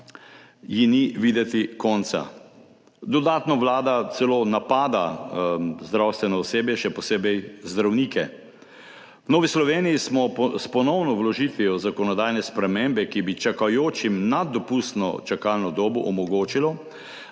ji ni videti konca. Dodatno vlada celo napada zdravstveno osebje, še posebej zdravnike. V Novi Sloveniji smo s ponovno vložitvijo zakonodajne spremembe, ki bi čakajočim nad dopustno čakalno dobo omogočila,